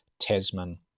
tasman